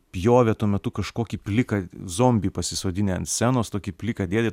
pjovė tuo metu kažkokį pliką zombį pasisodinę ant scenos tokį pliką dėdę